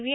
V